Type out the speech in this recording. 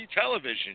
television